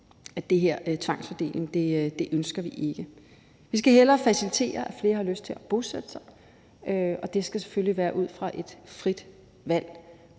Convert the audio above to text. at den her tvangsfordeling ønsker vi ikke. Vi skal hellere facilitere, at flere har lyst til at bosætte sig der, og det skal selvfølgelig være ud fra et frit valg